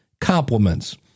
compliments